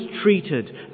treated